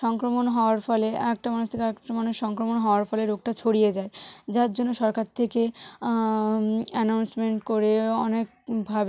সংক্রমণ হওয়ার ফলে একটা মানুষ থেকে আরেকটা মানুষ সংক্রমণ হওয়ার ফলে রোগটা ছড়িয়ে যায় যার জন্য সরকার থেকে অ্যানাউন্সমেন্ট করে অনেকভাবে